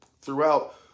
Throughout